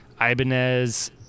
Ibanez